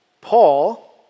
Paul